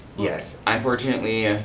yes, unfortunately,